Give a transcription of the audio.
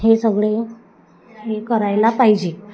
हे सगळे हे करायला पाहिजे